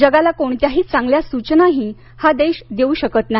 जगाला कोणत्याही चांगल्या सूचनाही हा देश देऊ शकत नाही